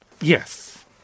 Yes